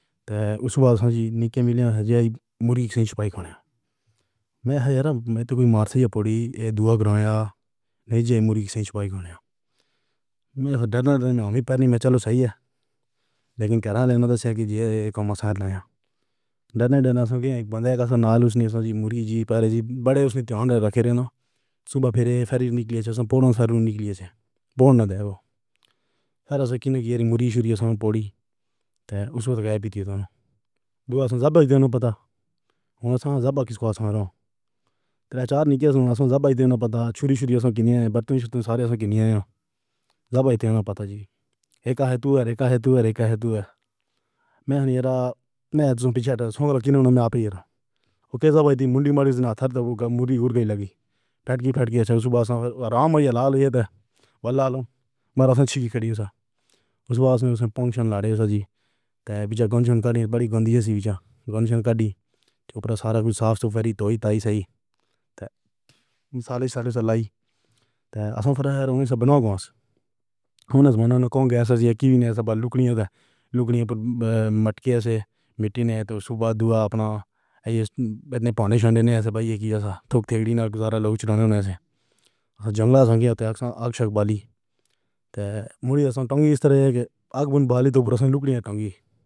اور اُس بعد سانجی نِک مِلن ہس جے مُرگی کِسے چُھپائی کھݨی۔ میں یار میں تو بھی ماسٹر یا پڑی دُعا کرو یا۔ نہیں جے مُرگی کِسے چُھپائی گَوانیا۔ میں ڈرا ڈرا میں ہوندی پر نہیں۔ میں چلو صحیح ہے لیکن کَرالے نا تو صحیح ہے۔ کم سے کم۔ ڈرینڈے نا سوچیے بندے کے نال۔ اُس نے سوچی مُریدی پر جی بڑے اُس نے دھیان رکھے رہنا۔ صُبح پھر سے نکلے جیسے پورݨ سر نکلے ہیں۔ پڑھنا ہے او۔ سارا سا کِنّو گیار مُریدی شُوری سُن پوڑی تو اُسے گایب ہو تو دو آج سبزیاں تو پتا ہونا سہج اب کِسکو کرو۔ تیرا چارلی کے جیسا سا جاوا اِتنا پتا چھوری چھوری کی برتن سارے جیسے کی نہیں ہے۔ جبرستی ہونا پتا جی۔ ایک ہاتھوں اور ایک ہاتھوں ہے۔ ایک ہاتھوں ہے۔ میں نِرالا۔ میں تو پیچھے تھا۔ اُن کے نام آپ ہی رہا۔ اوکے سب مُنڈی ماری۔ ناتھ مُرگی اُڑ گئی۔ لگی پھٹکار۔ پھٹکار سے اُس واسطے آرام ہو جائے تو بھلا لو۔ مرا چھوڑ کر ہی اُس۔ اُس واسطے اُسے کام سے لاڈے ساجی۔ تیزگنج میں بڑی گندگی سے بِچھویا گندھ کڑی چوپڑا۔ سارا صفائی تو اِس آی سالیساری سے لائی تا آسان ہو جائے گا۔ سنبھالو ورنہ صُبحان خون۔ مانو نہ کون گیس ایک ہی نہیں ہے۔ سب لُگڑیوں کے لُگڑیوں پر مٹکے سے مٹی نہیں تو اُس کے بعد دُعا اپنا ایسے نہیں پانی چھانے سے بھئی کہ ایسا تھوڑی دیر نہ گُزارا۔ لوگ چرنوں سے جنگل۔ آسمان کے تھت ایک اکشر بالی۔ تے مُوڑھے ثقافت کے آبُون بالی تو پروسیسنگ مُرگی ٹنکی۔